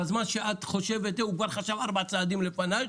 בזמן שאת חושבת הוא כבר חשב ארבעה צעדים לפנייך,